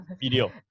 video